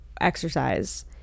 exercise